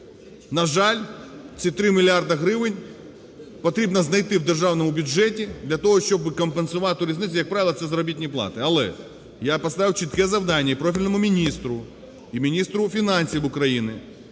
На жаль, ці 3 мільярди гривень потрібно знайти в державному бюджеті для того, щоб компенсувати різницю, як правило, це заробітні плати. Але я поставив чітке завдання і профільному міністру, і міністру фінансів України: